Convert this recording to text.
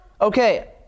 Okay